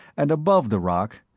and above the rock,